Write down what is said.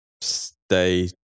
stay